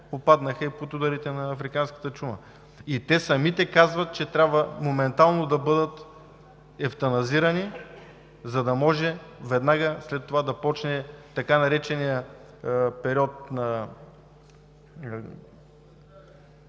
попаднаха и под ударите на африканската чума и те самите казват, че трябва моментално да бъдат евтаназирани болните животни, за да може веднага след това да започне така нареченият период –